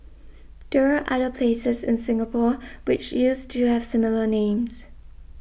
there are other places in Singapore which used to have similar names